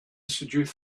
seduce